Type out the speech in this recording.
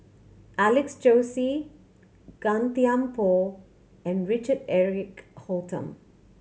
Alex Josey Gan Thiam Poh and Richard Eric Holttum